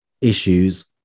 issues